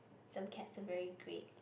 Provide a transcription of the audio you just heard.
some cats are very great